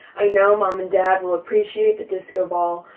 i know mom and dad will appreciate the disco ball,